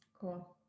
Cool